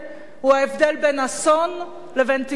הוא ההבדל בין אסון לבין תקווה,